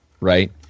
right